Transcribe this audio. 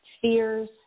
fears